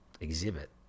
exhibit